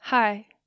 Hi